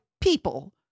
people